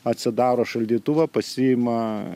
atsidaro šaldytuvą pasiima